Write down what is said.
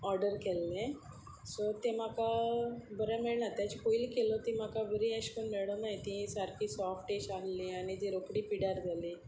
order केल्लें सो तें म्हाका बरें मेळना तेज पयलीं केलो ती म्हाका बरी अशें करून मेळोनाय ती सारकी सोफ्ट अशे आसली आनी जी रोखडी पिड्यार जाली